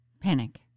Panic